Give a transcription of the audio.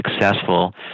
successful